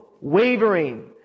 wavering